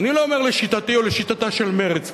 אני לא אומר לשיטתי או לשיטתה של מרצ,